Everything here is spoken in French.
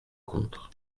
contre